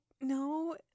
no